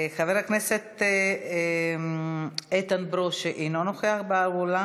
חבר הכנסת איתן ברושי, אינו נוכח באולם.